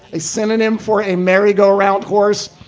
a synonym for a merry go round horse.